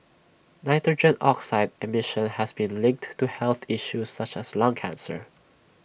nitrogen oxide emission has been linked to health issues such as lung cancer